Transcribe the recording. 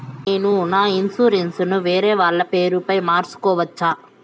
నేను నా ఇన్సూరెన్సు ను వేరేవాళ్ల పేరుపై మార్సుకోవచ్చా?